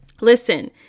Listen